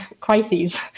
crises